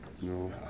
No